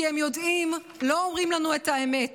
כי הם יודעים: לא אומרים לנו את האמת,